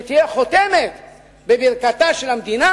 שתהיה חותמת בברכתה של המדינה?